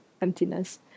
emptiness